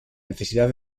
necesidad